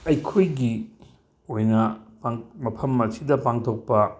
ꯑꯩꯈꯣꯏꯒꯤ ꯑꯣꯏꯅ ꯃꯐꯝ ꯑꯁꯤꯗ ꯄꯥꯡꯊꯣꯛꯄ